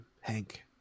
Hank